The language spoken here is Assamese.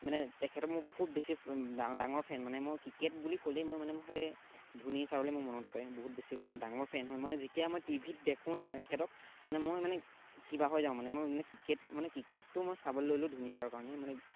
মানে তেখেতক মোৰ বহুত বেছি ডা ডাঙৰ ফেন মানে মই ক্ৰিকেট বুলি ক'লেই মই মানে মোৰ সেই ধোনী ছাৰলৈ মোৰ মনত পৰে বহুত বেছি মই ডাঙৰ ফেন হয় মানে যেতিয়া মই টিভি ত দেখোঁ তেখেতক মানে মই মানে কিবা হৈ যাওঁ মানে মই মানে ক্ৰিকেট মানে ক্ৰিকেটটো মই চাবলৈ ল'লোঁ ধোনী ছাৰৰ কাৰণে মানে